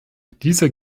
dieser